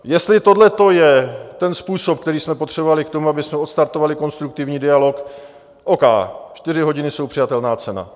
Jestli tohleto je ten způsob, který jsme potřebovali k tomu, abychom odstartovali konstruktivní dialog, O. K., čtyři hodiny jsou přijatelná cena.